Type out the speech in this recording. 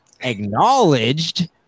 Acknowledged